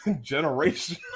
generation